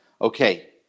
okay